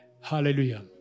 Hallelujah